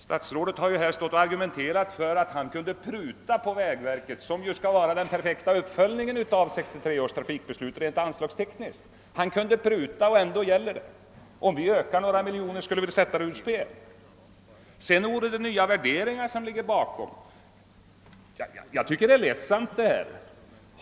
Statsrådet har här stått och argumenterat för att han kunde pruta på vägverkets förslag — och detta skulle innebära den perfekta uppföljningen av 1963 års trafikpolitiska beslut rent anslagstekniskt. Han kunde pruta och ändå gäller det! Om vi i centerpartiet vill öka ett anslag med några miljoner skulle vi däremot försätta beslutet ur kraft! Sedan skulle det vara nya värderingar som ligger bakom! Jag tycker nog att detta är ganska ledsamt.